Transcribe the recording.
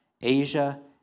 Asia